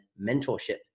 mentorship